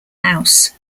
house